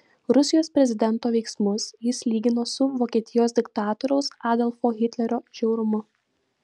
rusijos prezidento veiksmus jis lygino su vokietijos diktatoriaus adolfo hitlerio žiaurumu